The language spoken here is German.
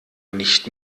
nicht